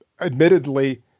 admittedly